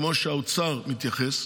כמו שהאוצר מתייחס,